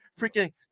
freaking